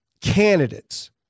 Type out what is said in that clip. candidates